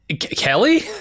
kelly